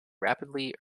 rapidly